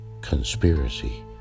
conspiracy